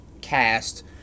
cast